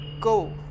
go